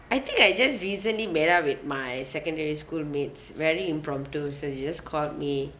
I think I just recently met up with my secondary school mates very impromptu so they just called me